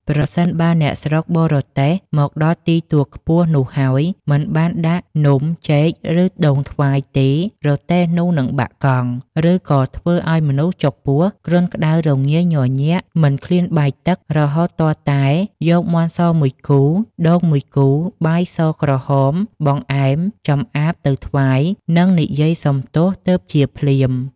ប្រសិនបើអ្នកស្រុកបររទេះមកដល់ទីទួលខ្ពស់នោះហើយមិនបានដាក់នំចេក ឬដូងថ្វាយទេ រទេះនោះនឹងបាក់កង់ ឬក៏ធ្វើឲ្យមនុស្សចុកពោះ គ្រុនក្ដៅ រងាញ័រញាក់ មិនឃ្លានបាយទឹក រហូតទាល់តែយកមាន់សមួយគូ ដូងមួយគូ បាយស-ក្រហម បង្អែម ចំអាម ទៅថ្វាយ និងនិយាយសុំទោស ទើបជាភ្លាម ។